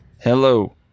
Hello